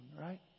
right